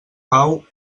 pau